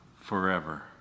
forever